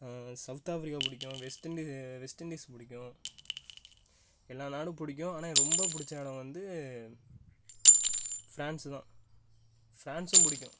south Africa பிடிக்கும் வெஸ்டண் இது வெஸ்டண்டிஸ் பிடிக்கும் எல்லா நாடும் பிடிக்கும் ஆனால் எ ரொம்ப பிடிச்ச இடோம் வந்து ஃப்ரான்ஸு தான் ஃப்ரான்ஸும் பிடிக்கும்